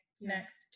next